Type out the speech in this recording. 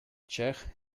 czech